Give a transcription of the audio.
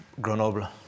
Grenoble